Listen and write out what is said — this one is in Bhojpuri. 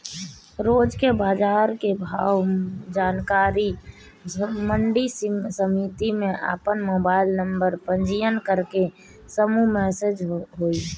रोज के बाजार भाव के जानकारी मंडी समिति में आपन मोबाइल नंबर पंजीयन करके समूह मैसेज से होई?